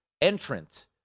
entrant